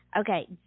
Okay